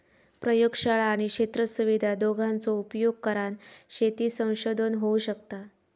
प्रयोगशाळा आणि क्षेत्र सुविधा दोघांचो उपयोग करान शेती संशोधन होऊ शकता